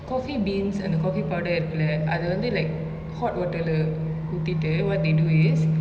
coffee beans and the coffee powder இருக்குல அதுவந்து:irukula athuvanthu like hot water lah ஊத்திட்டு:oothitu what they do is